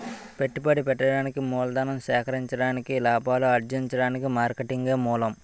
పెట్టుబడి పెట్టడానికి మూలధనం సేకరించడానికి లాభాలు అర్జించడానికి మార్కెటింగే మూలం